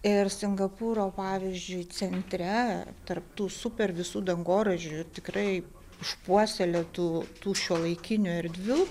ir singapūro pavyzdžiui centre tarp tų super visų dangoraižių tikrai išpuoselėtų tų šiuolaikinių erdvių